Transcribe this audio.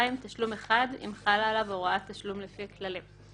תשלום אחד, אם חלה עליו הוראת תשלום לפי כללים".